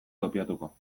kopiatuko